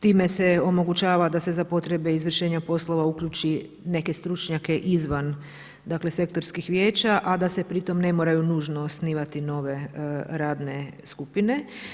Time se omogućava da se za potrebe izvršenja poslova uključi neke stručnjake izvan dakle sektorskih vijeća, a da se pri tom ne moraju nužno osnivati nove radne skupine.